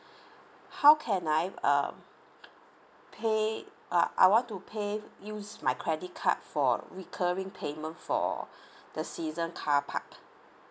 how can I um pay uh I want to pay use my credit card for recurring payment for the season carpark